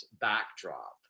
backdrop